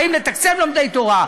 האם לתקצב לומדי תורה,